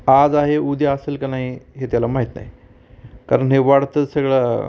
आज आहे उद्या असेल का नाही हे त्याला माहीत नाही कारण हे वाढतचं सगळं